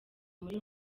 muri